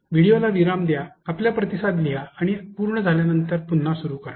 व्हिडिओला विराम द्या आपले प्रतिसाद लिहा आणि आपण पूर्ण झाल्यावर पुन्हा सुरु करा